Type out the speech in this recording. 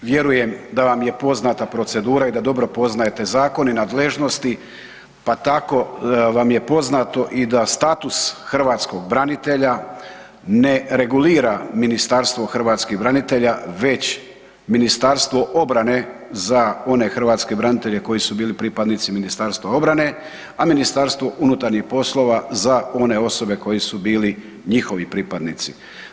Vjerujem da vam je poznata procedura i da dobro poznajete zakone, nadležnosti pa tako vam je poznato i da status hrvatskog branitelja ne regulira Ministarstvo hrvatskih branitelja već Ministarstvo obrane za one hrvatske branitelje koji su bili pripadnici Ministarstva obrane a MUP za one osobe koje su bili njihovi pripadnici.